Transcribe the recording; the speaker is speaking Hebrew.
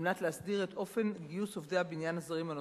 מנת להסדיר את אופן גיוס עובדי הבניין הזרים הנוספים,